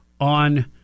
on